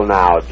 now